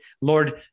Lord